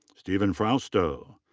stephen frausto.